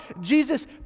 Jesus